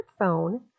smartphone